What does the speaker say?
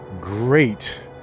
great